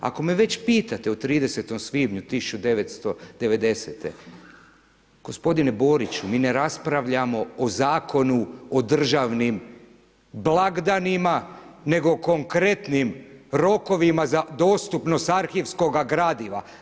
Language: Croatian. Ako me već pitate o 30. svibnju 1990. gospodine Boriću, mi ne raspravljamo o Zakonu o državnim blagdanima nego konkretnim rokovima za dostupnost arhivskoga gradiva.